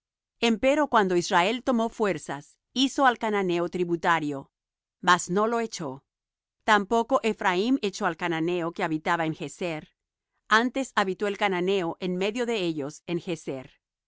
en esta tierra empero cuando israel tomó fuerzas hizo al cananeo tributario mas no lo echó tampoco ephraim echó al cananeo que habitaba en gezer antes habitó el cananeo en medio de ellos